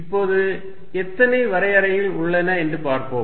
இப்போது எத்தனை வரையறைகள் உள்ளன என்று பார்ப்போம்